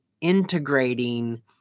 integrating